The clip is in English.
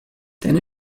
then